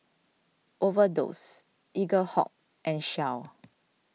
Overdose Eaglehawk and Shell